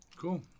Cool